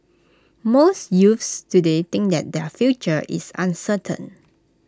most youths today think that their future is uncertain